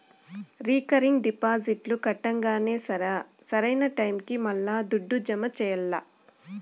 recurring డిపాజిట్లు కట్టంగానే సరా, సరైన టైముకి మల్లా దుడ్డు జమ చెయ్యాల్ల